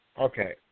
Okay